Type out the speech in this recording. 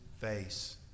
face